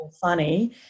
funny